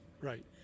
right